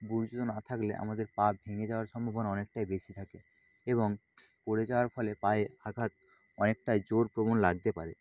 বুট জুতো না থাকলে আমাদের পা ভেঙে যাওয়ার সম্ভাবনা অনেকটাই বেশি থাকে এবং পড়ে যাওয়ার ফলে পায়ে আঘাত অনেকটাই জোরপ্রবণ লাগতে পারে